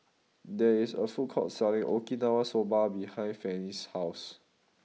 there is a food court selling Okinawa Soba behind Fannie's house